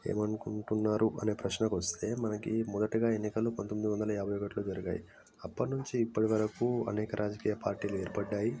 ఏమనుకుంటున్నారు అనే ప్రశ్నకు వస్తే మనకి మొదటగా ఎన్నికలు పంతొమ్మిది వందల యాభై ఒకటిలో జరిగాయి అప్పటినుంచి ఇప్పటివరకు అనేక రాజకీయపార్టీలు ఏర్పడ్డాయి